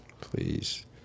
Please